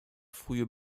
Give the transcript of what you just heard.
frühe